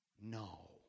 No